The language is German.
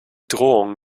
drohungen